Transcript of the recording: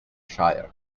shire